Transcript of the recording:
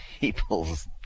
people's